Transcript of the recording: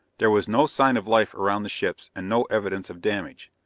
there was no sign of life around the ships, and no evidence of damage.